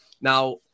Now